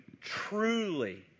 truly